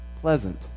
pleasant